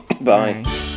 Bye